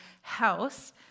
house